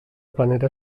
planera